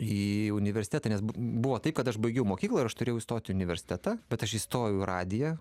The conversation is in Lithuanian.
į universitetą nes buvo taip kad aš baigiau mokyklą ir aš turėjau įstoti į universitetą bet aš įstojau į radiją